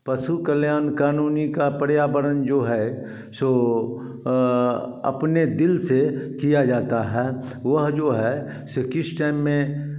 पशु कल्याण क़ानूनी का पर्यावरण जो है सो अपने दिल से किया जाता है वह जो है से किस टाइम में